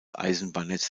eisenbahnnetz